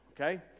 okay